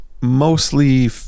mostly